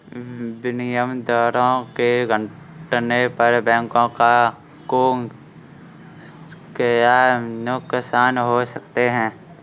विनिमय दरों के घटने पर बैंकों को क्या नुकसान हो सकते हैं?